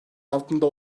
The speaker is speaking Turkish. altında